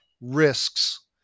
risks